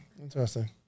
Interesting